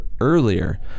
earlier